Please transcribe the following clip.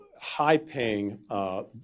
high-paying